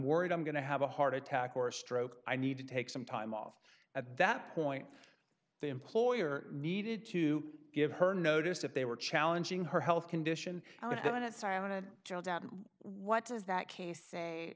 worried i'm going to have a heart attack or stroke i need to take some time off at that point the employer needed to give her notice that they were challenging her health condition at the minute silent child out what does that case say